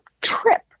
trip